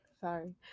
Sorry